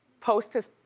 post has,